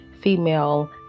female